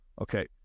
Okay